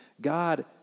God